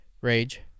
Rage